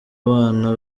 abana